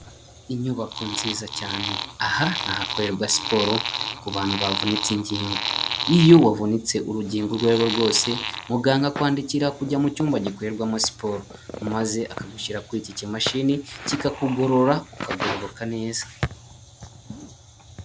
nyubako nziza cyane aha ni ahakorerwa siporo ku bantu bavunitse ingingo, iyo wavunitse urugingo urwo ari rwo rwose, muganga akwandikira kujya mu cyumba gikorerwamo siporo maze akagushyira kuri iki kimashini, kikakugorora ukagororoka neza.